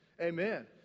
Amen